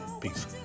peace